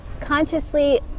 consciously